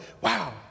wow